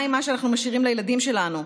מה עם מה שאנחנו משאירים לילדים שלנו?